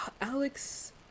Alex